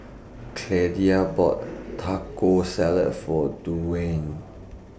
bought Taco Salad For Duwayne